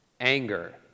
anger